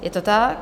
Je to tak?